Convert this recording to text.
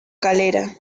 calera